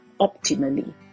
optimally